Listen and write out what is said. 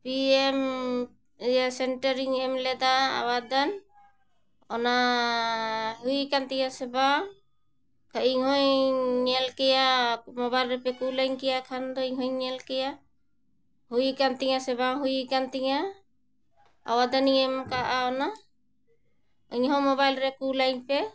P M centre ᱤᱧ ᱮᱢ ᱞᱮᱫᱟ ᱟᱵᱮᱫᱚᱱ ᱚᱱᱟ ᱦᱩᱭ ᱠᱟᱱ ᱛᱤᱧᱟᱹ ᱥᱮ ᱵᱟᱝ ᱤᱧ ᱦᱚᱧ ᱧᱮᱞ ᱠᱮᱭᱟ ᱢᱳᱵᱟᱭᱤᱞ ᱨᱮᱯᱮ ᱠᱩᱞᱟᱹᱧ ᱠᱮᱭᱟ ᱠᱷᱟᱱ ᱫᱚ ᱤᱧ ᱦᱚᱧ ᱧᱮᱞ ᱠᱮᱭᱟ ᱦᱩᱭ ᱠᱟᱱ ᱛᱤᱧᱟᱹ ᱥᱮ ᱵᱟᱝ ᱦᱩᱭ ᱠᱟᱱ ᱛᱤᱧᱟᱹ ᱟᱵᱮᱫᱚᱱᱤᱧ ᱮᱢ ᱠᱟᱜᱼᱟ ᱚᱱᱟ ᱤᱧᱦᱚᱸ ᱢᱳᱵᱟᱭᱤᱞ ᱨᱮ ᱠᱩᱞᱟᱹᱧ ᱯᱮ